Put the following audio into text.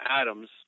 atoms